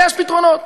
יש פתרונות.